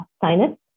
sinus